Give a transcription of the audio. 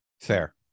fair